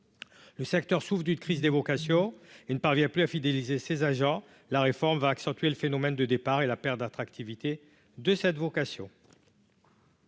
le secteur souffre d'une crise des vocations, il ne parvient plus à fidéliser ses agents, la réforme va accentuer le phénomène de départ et la perte d'attractivité de cette vocation.